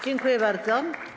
Dziękuję bardzo.